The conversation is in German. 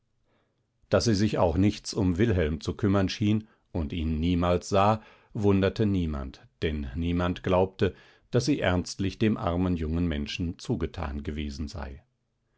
daß sie sich auch nichts um wilhelm zu kümmern schien und ihn niemals sah wunderte niemand denn niemand glaubte daß sie ernstlich dem armen jungen menschen zugetan gewesen sei